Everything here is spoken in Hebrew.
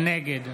נגד